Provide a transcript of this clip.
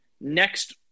next